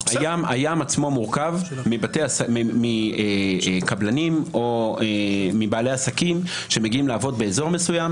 הים עצמו מורכב מקבלנים או מבעלי עסקים שמגיעים לעבוד באזור מסוים.